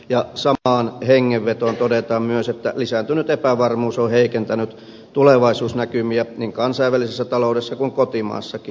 ja samaan hengenvetoon todetaan myös että lisääntynyt epävarmuus on heikentänyt tulevaisuusnäkymiä niin kansainvälisessä taloudessa kuin kotimaassakin